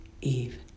Eve